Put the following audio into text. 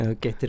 Okay